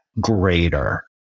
greater